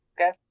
Okay